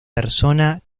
persona